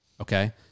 Okay